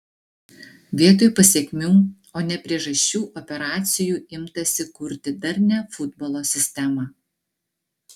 vietoj pasekmių o ne priežasčių operacijų imtasi kurti darnią futbolo sistemą